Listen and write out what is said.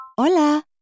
Hola